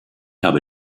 habe